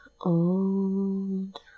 Old